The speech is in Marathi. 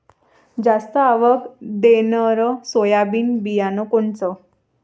जास्त आवक देणनरं सोयाबीन बियानं कोनचं?